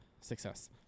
Success